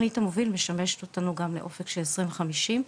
תכנית המוביל משמשת אותנו גם לאופק של עשרים וחמישים.